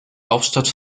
hauptstadt